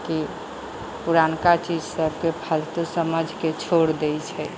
की पुरनका चीज सबके फालतू समझ के छोड़ दै छै